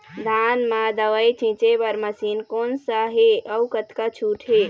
धान म दवई छींचे बर मशीन कोन सा हे अउ कतका छूट हे?